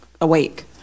awake